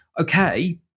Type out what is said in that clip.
okay